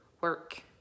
work